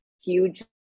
huge